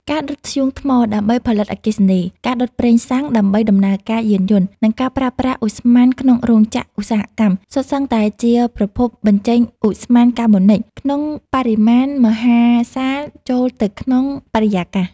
ការដុតធ្យូងថ្មដើម្បីផលិតអគ្គិសនី ការដុតប្រេងសាំងដើម្បីដំណើរការយានយន្ត និងការប្រើប្រាស់ឧស្ម័នក្នុងរោងចក្រឧស្សាហកម្ម សុទ្ធសឹងតែជាប្រភពបញ្ចេញឧស្ម័នកាបូនិក ក្នុងបរិមាណមហាសាលចូលទៅក្នុងបរិយាកាស។